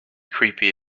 creepy